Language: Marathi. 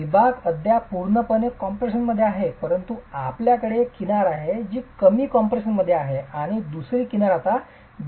विभाग अद्याप पूर्णपणे कॉम्प्रेशनमध्ये आहे परंतु आपल्याकडे एक किनार आहे जी कमी कम्प्रेशर्स मध्ये आहे आणि दुसरी किनार आता जास्त कॉम्प्रेशन तणावात आहे